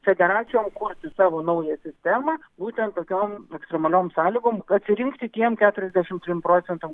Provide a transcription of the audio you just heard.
federacijom kurti savo naują sistemą būtent tokiom ekstremaliom sąlygoms atsirinkti tiem keturiasdešimt trim procentam